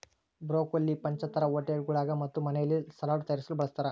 broccoli ಪಂಚತಾರಾ ಹೋಟೆಳ್ಗುಳಾಗ ಮತ್ತು ಮನೆಯಲ್ಲಿ ಸಲಾಡ್ ತಯಾರಿಸಲು ಬಳಸತಾರ